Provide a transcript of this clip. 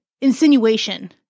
insinuation